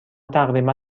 تقریبا